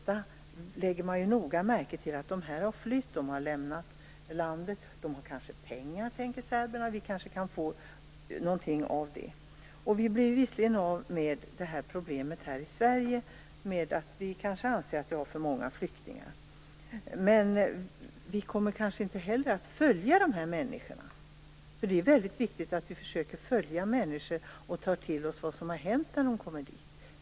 Man lägger ju noga märke till att de har flytt och lämnat landet, så serberna tänker att de kanske har pengar och att serberna kanske kan få någonting av det. Vi här i Sverige blir visserligen av med det problem vi kanske anser att vi har med för många flyktingar, men vi kommer kanske inte att följa de här människorna. Det är väldigt viktigt att vi försöker följa människor och ta till oss vad som har hänt när de kommer fram.